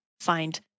find